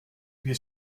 wir